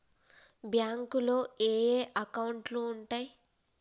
బ్యాంకులో ఏయే అకౌంట్లు ఉంటయ్?